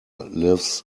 lives